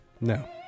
No